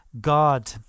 God